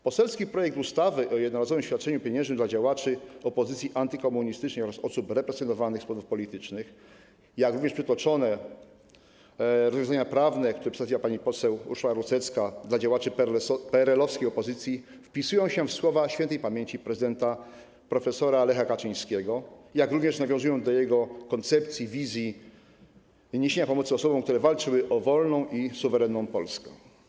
Poselski projekt ustawy o jednorazowym świadczeniu pieniężnym dla działaczy opozycji antykomunistycznej oraz osób represjonowanych z powodów politycznych, jak również przytoczone rozwiązania prawne, które przedstawiła pan poseł Urszula Rusecka, korzystne dla działaczy PRL-owskiej opozycji, wpisują się w słowa śp. prezydenta prof. Lecha Kaczyńskiego, jak również nawiązują do jego koncepcji, wizji niesienia pomocy osobom, które walczyły o wolną i suwerenną Polskę.